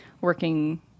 working